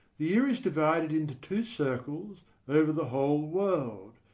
the year is divided into two circles over the whole world,